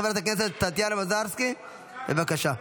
חברת הכנסת טטיאנה מזרסקי, בבקשה.